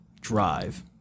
drive